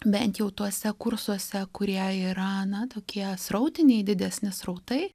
bent jau tuose kursuose kurie yra na tokie srautiniai didesni srautai